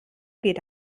geht